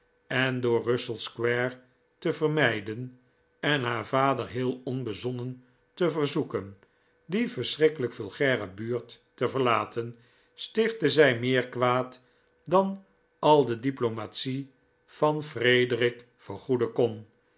en door russell square te vermijden en haar vader heel onbezonnen te verzoeken die verschrikkelijk vulgaire buurt te verlaten stichtte zij meer kwaad dan al de diplomatie van frederic vergoeden kon